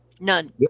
none